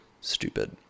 stupid